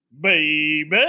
Baby